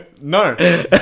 No